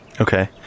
Okay